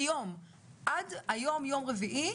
היום יום רביעי,